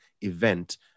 event